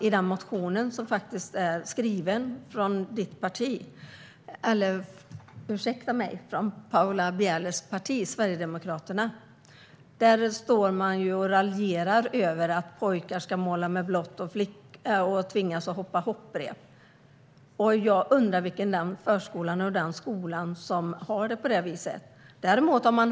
I er motion raljerar ni över att pojkar inte ska få måla med blått och tvingas hoppa hopprep. Jag undrar vilken förskola som har det på det viset.